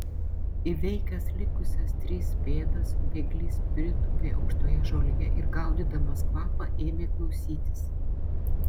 įveikęs likusias tris pėdas bėglys pritūpė aukštoje žolėje ir gaudydamas kvapą ėmė klausytis